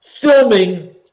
filming